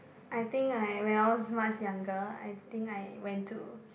I think I when I was much younger I think I went to